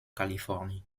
californie